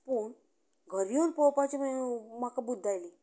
पूण घरा येवन पळोवपाची म्हाका बुद्द आयली